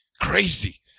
crazy